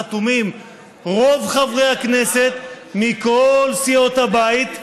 חתומים רוב חברי הכנסת מכל סיעות הבית,